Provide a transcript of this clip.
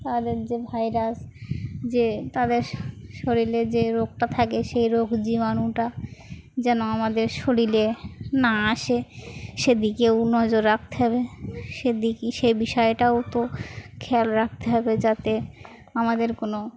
তাদের যে ভাইরাস যে তাদের শরীরে যে রোগটা থাকে সেই রোগ জীবাণুটা যেন আমাদের শরীরে না আসে সেদিকেও নজর রাখতে হবে সেদিকে সে বিষয়টাও তো খেয়াল রাখতে হবে যাতে আমাদের কোনো